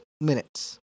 minutes